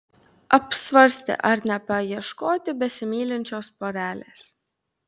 apsvarstė ar nepaieškoti besimylinčios porelės